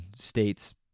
states